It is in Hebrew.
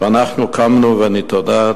"ואנחנו קמנו ונתעודד"